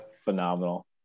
phenomenal